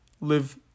live